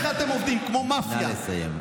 נא לסיים.